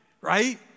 right